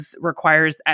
requires